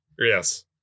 Yes